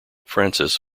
francis